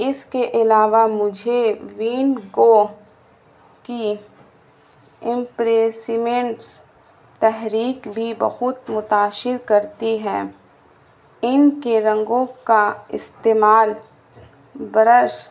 اس کے علاوہ مجھے وین گو کی امپریسمنٹس تحریک بھی بہت متثر کرتی ہے ان کے رنگوں کا استعمال برش